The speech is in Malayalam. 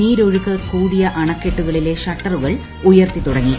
നീരൊഴുക്ക് കൂടിയ അണക്കെട്ടുകളിലെ ഷട്ടറുകൾ ഉയർത്തിത്തുടങ്ങി